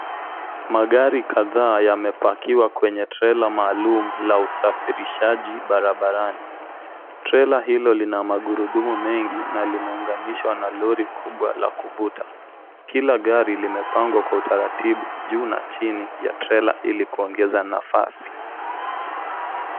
Magari kadhaa yamepakiwa kwenye trela maalum la usafirishaji barabani. Trela hilo lina magurudumu mengi na limeunganishwa na lori kubwa la kuvuta. Kila gari limepangwa kwa utaratibu juu na chini ya trela ili kuongeza nafasi.